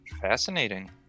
Fascinating